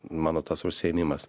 mano tas užsiėmimas